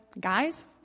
guys